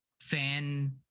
fan